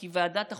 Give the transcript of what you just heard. כי ועדת החוקה,